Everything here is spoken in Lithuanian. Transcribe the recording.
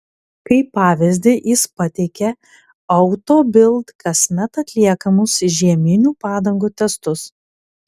kaip pavyzdį jis pateikė auto bild kasmet atliekamus žieminių padangų testus